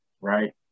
right